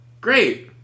great